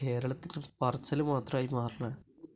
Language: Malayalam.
കേരളത്തില് പറച്ചിൽ മാത്രമായി മാറുന്നു